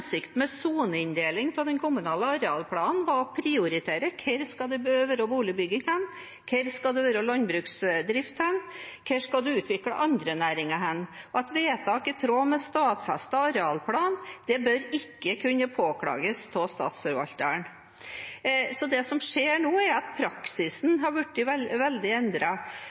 med soneinndeling av den kommunale arealplanen var å prioritere hvor det skal være boligbygging, hvor det skal være landbruksdrift, og hvor man skal utvikle andre næringer. Vedtak i tråd med stadfestet arealplan bør ikke kunne påklages av statsforvalteren. Det som skjer nå, er at praksisen har blitt veldig